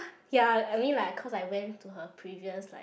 ya I mean like because I went to her previous like